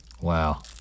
Wow